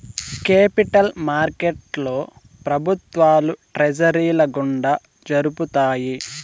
capital మార్కెట్లో ప్రభుత్వాలు ట్రెజరీల గుండా జరుపుతాయి